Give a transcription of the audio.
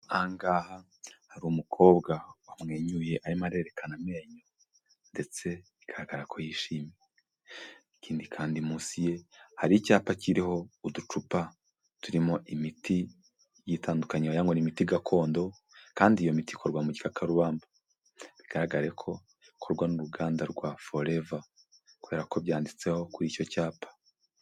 Aha hari umukobwa wamwenyuye arimo arerekana amenyo, ndetse bigaragara ko yishimye, ikindi kandi munsi ye hari icyapa kiriho uducupa turimo imiti igiye itandukanyekanya wagira ngo ni imiti gakondo, kandi iyo miti ikorwa mu gikakarubamba, bigaragare ko ikorwa n'uruganda rwa foreva kubera ko byanditseho kuri icyo cyapa.